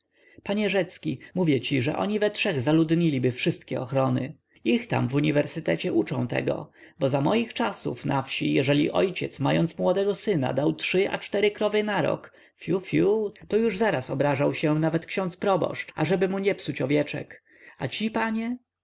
panie rzecki mówię ci że oni we trzech zaludniliby wszystkie ochrony ich tam widać w uniwersytecie uczą tego bo za moich czasów na wsi jeżeli ojciec mający młodego syna dał trzy a cztery krowy na rok fiu fiu to już zaraz obrażał się nawet ksiądz proboszcz ażeby mu nie psuć owieczek a ci panie